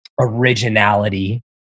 originality